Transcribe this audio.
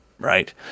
right